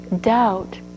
doubt